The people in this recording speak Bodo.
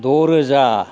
द' रोजा